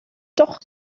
doch